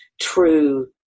true